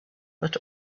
but